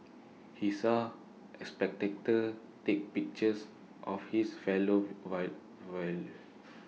he saw A spectators take pictures of his fellow